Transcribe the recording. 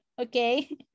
okay